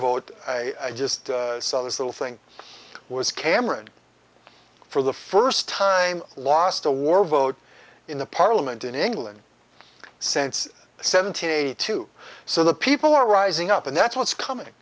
vote i just saw this little thing was cameron for the first time lost a war vote in the parliament in england since seventy two so the people are rising up and that's what's coming